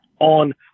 on